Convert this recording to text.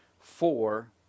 Four